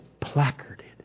placarded